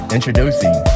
Introducing